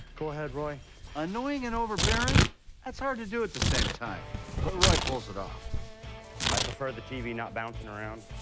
go ahead roy annoying and overbearing that's hard to do at the same time but roy pulls it off i prefer the tv not bouncing around